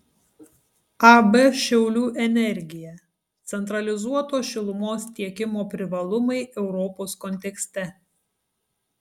ab šiaulių energija centralizuoto šilumos tiekimo privalumai europos kontekste